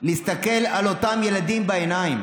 להסתכל על אותם ילדים בעיניים,